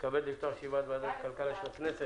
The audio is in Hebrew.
הריני מתכבד לפתוח את ישיבת ועדת הכלכלה של הכנסת.